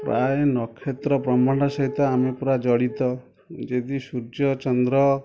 ପ୍ରାୟ ନକ୍ଷେତ୍ର ବ୍ରହ୍ମାଣ୍ଡ ସହିତ ଆମେ ପୁରା ଜଡ଼ିତ ଯଦି ସୂର୍ଯ୍ୟ ଚନ୍ଦ୍ର